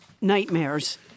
nightmares